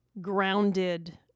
grounded